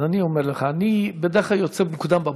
אז אני אומר לך, אני בדרך כלל יוצא מוקדם בבוקר,